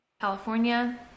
California